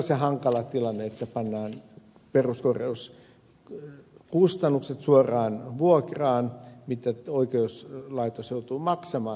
todella hankala tilanne on se että pannaan peruskorjauskustannukset suoraan vuokraan jota oikeuslaitos joutuu maksamaan